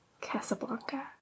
Casablanca